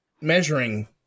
measuring